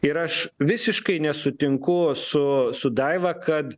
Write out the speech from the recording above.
ir aš visiškai nesutinku su su daiva kad